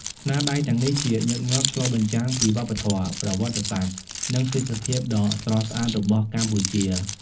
ស្នាដៃទាំងនេះជាញឹកញាប់ឆ្លុះបញ្ចាំងពីវប្បធម៌ ប្រវត្តិសាស្ត្រ និងទេសភាពដ៏ស្រស់ស្អាតរបស់កម្ពុជា។